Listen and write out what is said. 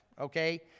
Okay